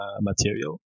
Material